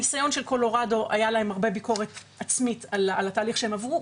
בניסיון של קולורדו היה להם הרבה ביקורת עצמית על התהליך שהם עברו,